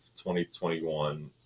2021